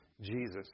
Jesus